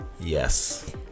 Yes